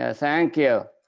ah thank you.